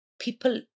people